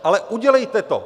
Ale udělejte to.